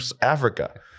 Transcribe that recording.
Africa